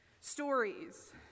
Stories